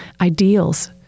ideals